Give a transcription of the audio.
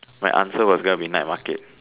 my answer was gonna be night market